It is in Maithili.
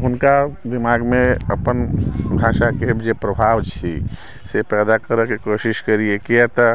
हुनका दिमागमे अपन भाषाके जे प्रभाव छै से पैदा करैके कोशिश करियै किया तऽ